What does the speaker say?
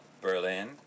Berlin